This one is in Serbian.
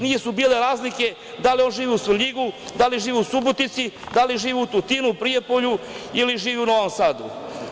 Nisu bile razlike da li on živi u Svrljigu, da li živi u Subotici, da li živi u Tutinu, Prijepolju ili živi u Novom Sadu.